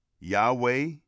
yahweh